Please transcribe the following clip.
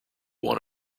one